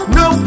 no